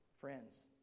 Friends